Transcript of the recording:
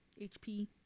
HP